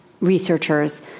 researchers